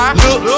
look